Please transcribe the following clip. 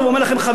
חברי,